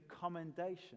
commendation